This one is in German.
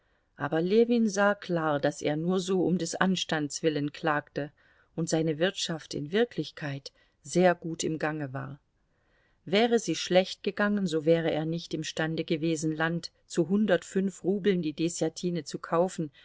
aber ljewin sah klar daß er nur so um des anstands willen klagte und seine wirtschaft in wirklichkeit sehr gut im gange war wäre sie schlecht gegangen so wäre er nicht imstande gewesen land zu hundertfünf rubeln die deßjatine zu kaufen